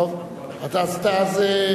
לא לשאלה הזאת.